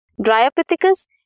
Dryopithecus